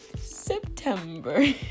September